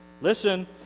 Listen